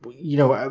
you know,